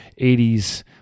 80s